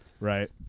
right